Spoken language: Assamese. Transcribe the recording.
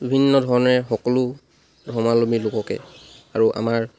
বিভিন্ন ধৰণে আমি সকলো ধৰ্মাৱলম্বী লোককে আৰু আমাৰ